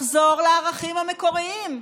לערכים המקוריים: